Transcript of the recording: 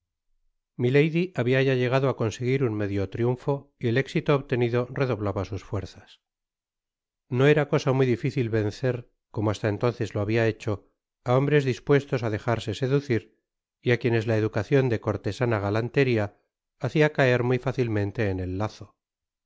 milady habia ya llegado á conseguir un medio triunfo y et éxito obtenido redoblaba sus fuerzas no era cosa muy dificil vencer como hasta entonces lo habia hecho á hombres dispuestos á dejarse seducir y á quienes la educacion de cortesana galanteria hacia caer muy fácilmente en el lazo